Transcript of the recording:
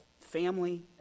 family